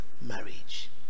marriage